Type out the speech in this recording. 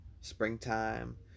Springtime